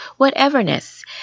whateverness